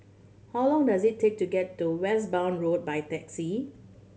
how long does it take to get to Westbourne Road by taxi